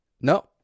no